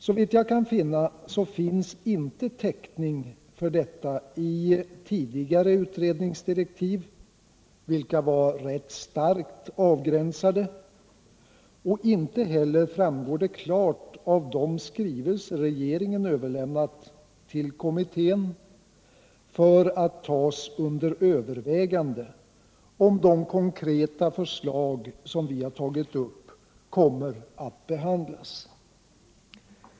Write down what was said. Såvitt jag kan se finns det inte täckning för detta i de tidigare utredningsdirektiven, vilka var rätt starkt avgränsade. Inte heller framgår det klart av de skrivelser regeringen överlämnat till kommittén för att tas under övervägande, om de konkreta förslag som vi har tagit upp kommer att behandlas.